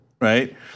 right